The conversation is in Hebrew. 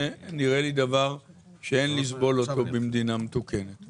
נראה לי דבר שאין לסבול אותו במדינה מתוקנת.